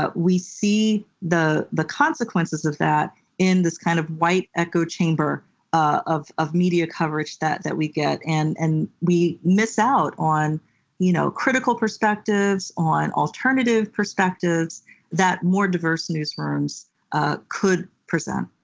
we see the the consequences of that in this kind of white echo chamber of of media coverage that that we get, and and we miss out on you know critical perspectives on alternative perspectives that more diverse newsrooms ah could present.